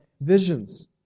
visions